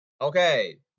Okay